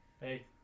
hey